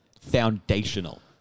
foundational